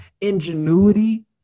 ingenuity